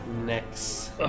next